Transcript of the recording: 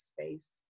space